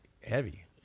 heavy